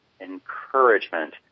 encouragement